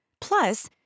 Plus